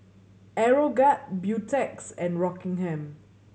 Aeroguard Beautex and Rockingham